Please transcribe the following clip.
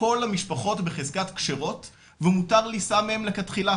"כל המשפחות בחזקת כשרות ומותר לישא מהם לכתחילה",